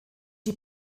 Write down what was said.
die